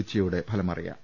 ഉച്ചയോടെ ഫലമറിയാം